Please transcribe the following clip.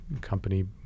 company